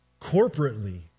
corporately